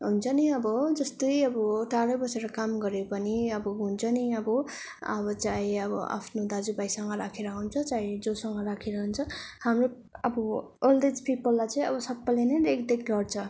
हुन्छ नि अब जस्तै अब टाडा बसेर काम गरे पनि अब हुन्छ नि अब अब चाहे आफ्नो दाजु भाइसँग राखेर हुन्छ चाहे जोसँग राखेर हुन्छ हाम्रो अब ओल्ड एज पिपललाई चाहिँ सबैले नै रेख देख गर्छ